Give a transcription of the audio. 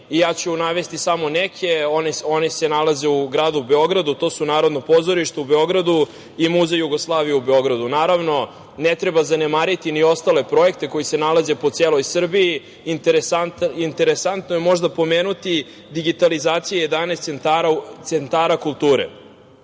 Ja ću navesti samo neke, oni se nalaze u gradu Beogradu, a to su Narodno pozorište u Beogradu i Muzej Jugoslavije u Beogradu. Naravno, ne treba zanemariti ni ostale projekte koji se nalaze po celoj Srbiji. Interesantno je možda pomenuti digitalizaciju 11 centara kulture.Za